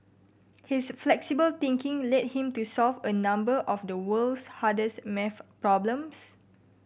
his flexible thinking led him to solve a number of the world's hardest maths problems